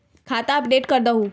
खाता अपडेट करदहु?